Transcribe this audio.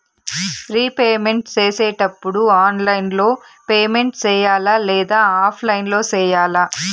repayment సేసేటప్పుడు online లో payment సేయాలా లేదా ఆఫ్లైన్ లో సేయాలా